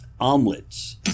omelets